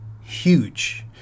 Huge